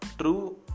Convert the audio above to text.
true